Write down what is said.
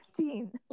16